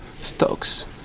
stocks